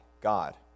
God